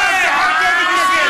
אף אחד לא מתנגד.